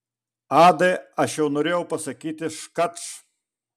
adai aš jau norėjau pasakyti škač